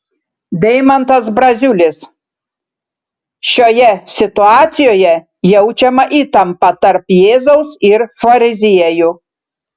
deimantas braziulis šioje situacijoje jaučiama įtampa tarp jėzaus ir fariziejų